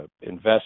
invest